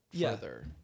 further